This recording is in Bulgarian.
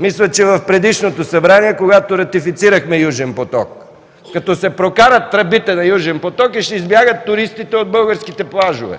мисля, че в предишното събрание, когато ратифицирахме „Южен поток” – като се прокарат тръбите на „Южен поток” и ще избягат туристите от българските плажове.